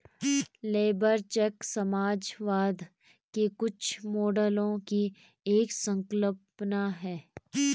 labour cheque समाजवाद के कुछ मॉडलों की एक संकल्पना है